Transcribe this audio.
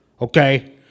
okay